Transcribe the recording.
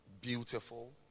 beautiful